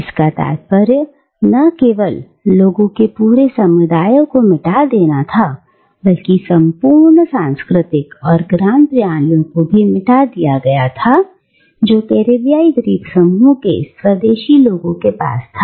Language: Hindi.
इसका तात्पर्य न केवल लोगों के पूरे समुदाय को मिटा देने से था बल्कि संपूर्ण सांस्कृतिक और ज्ञान प्रणालियों को भी मिटा दिया गया था जो कैरेबियाई द्वीप समूह के स्वदेशी लोगों के पास था